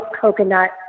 coconut